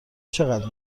چقدر